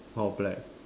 all black